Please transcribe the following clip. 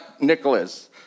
Nicholas